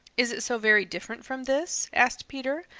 is it so very different from this? asked peter.